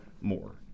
more